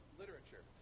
literature